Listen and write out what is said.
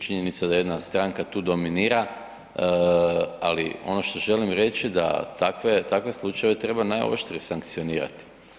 Činjenica da jedna stranka tu dominira, ali ono što želim reći da takve slučajeve treba najoštrije sankcionirati.